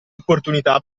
opportunità